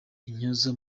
intyoza